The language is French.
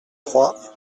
trois